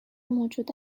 موجود